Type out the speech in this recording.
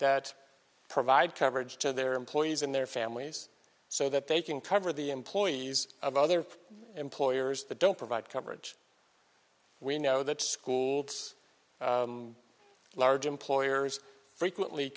that provide coverage to their employees and their families so that they can cover the employees of other employers that don't provide coverage we know that schools large employers frequently